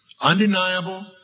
undeniable